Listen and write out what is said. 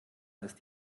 ist